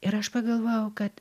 ir aš pagalvojau kad